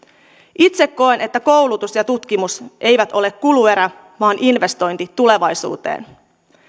itse koen että koulutus ja tutkimus eivät ole kuluerä vaan investointi tulevaisuuteen